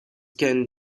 can